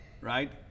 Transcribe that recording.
right